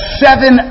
seven